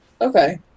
Okay